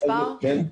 זה לא